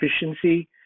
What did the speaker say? efficiency